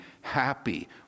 happy